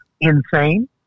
insane